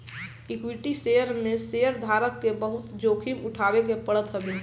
equity share में शेयरधारक के बहुते जोखिम उठावे के पड़त हवे